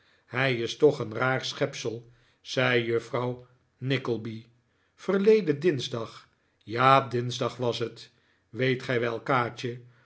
hij is toch een raar schepsel zei juffrouw nickleby verleden dinsdag ja dinsdag was het weet gij wel kaatje